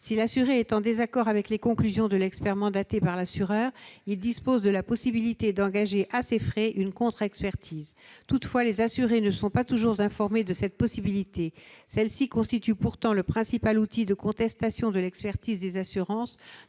Si l'assuré est en désaccord avec les conclusions de l'expert mandaté par l'assureur, il dispose de la possibilité d'engager, à ses frais, une contre-expertise. Toutefois, les assurés ne sont pas toujours informés de cette possibilité. Celle-ci constitue pourtant le principal outil de contestation de l'expertise des assurances,